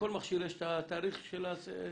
לכל מכשיר יש את תאריך הביקורת.